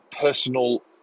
personal